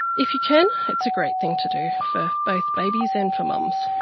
if you can, it's a great thing to do for both babies and for mums.